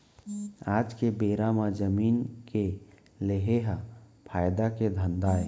आज के बेरा म जमीन के लेहे ह फायदा के धंधा हे